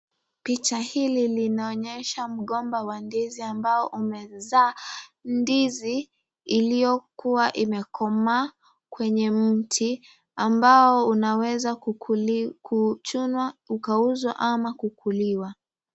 Picha hili linaonyesha mgomba wa ndizi ambao umezaa ndizi iliyokuwa imekoma kwenye mti, ambao unaweza kuchunwa, ukauzwa ama kukuliwa.